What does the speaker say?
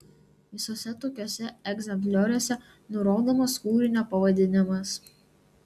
visuose tokiuose egzemplioriuose nurodomas kūrinio pavadinimas